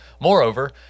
Moreover